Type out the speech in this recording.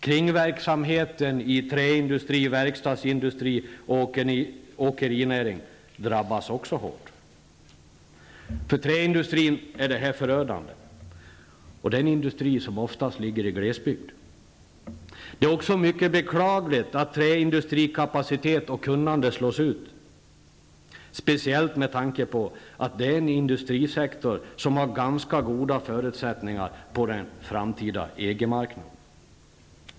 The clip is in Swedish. Kringverksamheten i träindustri, verkstadsindustri och åkerinäring drabbas också hårt. För träindustrin är detta förödande, och det är en industri som oftast ligger i glesbygd. Det är också mycket beklagligt att träindustrikapacitet och kunnande slås ut, speciellt med tanke på att det är en industrisektor som har ganska goda förutsättningar på den framtida EG-marknaden.